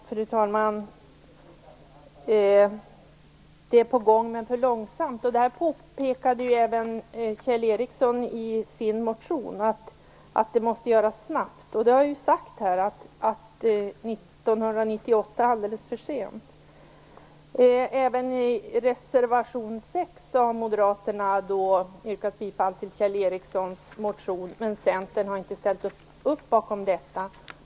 Fru talman! Det är på gång, men för långsamt. Kjell Ericsson påpekade också i sin motion att detta måste göras snabbt. 1998 är alldeles för sent, som jag har sagt här. Även i reservation 6 har Moderaterna yrkat bifall till Kjell Ericssons motion, men Centern har inte ställt upp bakom den.